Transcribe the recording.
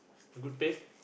good pay